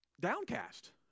downcast